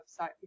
website